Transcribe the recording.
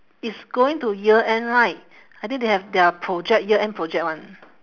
it's going to year end right I think they have their project year end project [one] eh